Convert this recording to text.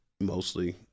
mostly